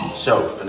so